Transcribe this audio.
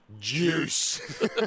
Juice